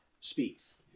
speaks